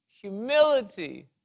humility